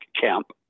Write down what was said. camp